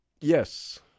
yes